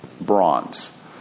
bronze